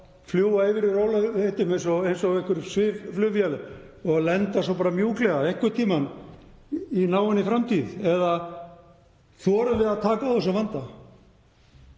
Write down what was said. fljúga yfir í rólegheitum eins og einhver svifflugvél og lenda svo bara mjúklega einhvern tímann í náinni framtíð eða þorum við að taka á þessum vanda?